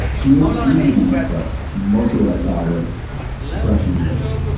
she wo, she would be manic, but mostly what i saw was depression and rage.